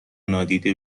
نادیده